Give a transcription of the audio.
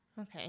okay